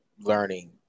learning